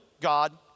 God